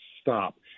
stop